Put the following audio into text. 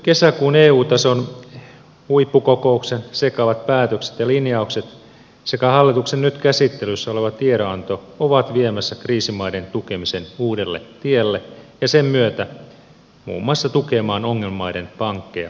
kesäkuun eu tason huippukokouksen sekavat päätökset ja linjaukset sekä hallituksen nyt käsittelyssä oleva tiedonanto ovat viemässä kriisimaiden tukemisen uudelle tielle ja sen myötä muun muassa tukemaan ongelmamaiden pankkeja suoraan